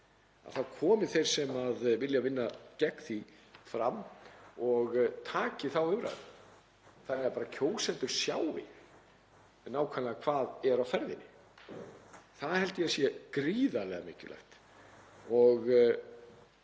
þá komi þeir fram sem vilja vinna gegn því og taki þá umræðu þannig að kjósendur sjái nákvæmlega hvað er á ferðinni. Það held ég að sé gríðarlega mikilvægt og